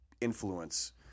influence